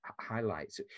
highlights